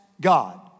God